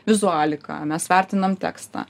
vizualiką mes vertinam tekstą